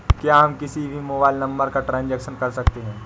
क्या हम किसी भी मोबाइल नंबर का ट्रांजेक्शन कर सकते हैं?